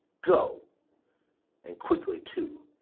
go and quickly too.